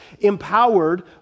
empowered